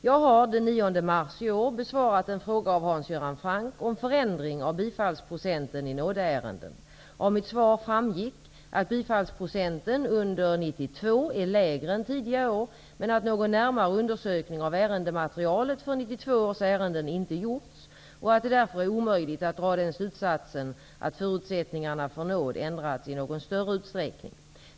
Jag har den 9 mars i år besvarat en fråga av Hans Göran Franck om förändring av bifallsprocenten i nådeärenden. Av mitt svar framgick att bifallsprocenten under 1992 är lägre än tidigare år men att någon närmare undersökning av ärendematerialet för 1992 års ärenden inte gjorts och att det därför är omöjligt att dra den slutsatsen att förutsättningarna för nåd ändrats i någon större utsträckning.